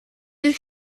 deux